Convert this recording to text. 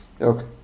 Okay